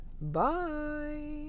Bye